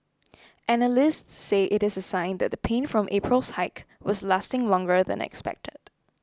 analysts say it is a sign that the pain from April's hike was lasting longer than expected